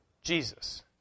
Jesus